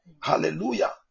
Hallelujah